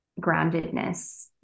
groundedness